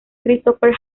christopher